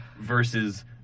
versus